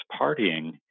partying